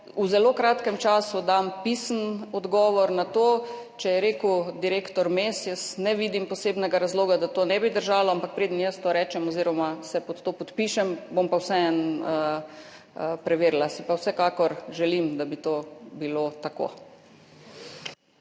v zelo kratkem času dam pisni odgovor na to. Če je tako rekel direktor Mes, ne vidim posebnega razloga, da to ne bi držalo. Ampak preden jaz to rečem oziroma se pod to podpišem, bom pa vseeno preverila. Si pa vsekakor želim, da bi to bilo tako.